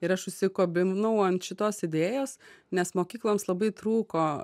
ir aš užsikabinau ant šitos idėjos nes mokykloms labai trūko